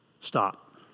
Stop